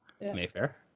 mayfair